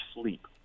sleep